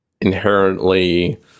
inherently